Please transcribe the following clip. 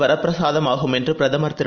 வரப்பிரசாதமாகும் என்றுபிரதமர் திரு